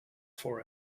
for